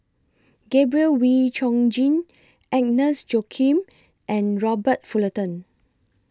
Gabriel Oon Chong Jin Agnes Joaquim and Robert Fullerton